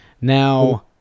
Now